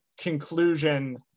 conclusion